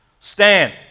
Stand